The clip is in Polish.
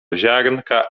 ziarnka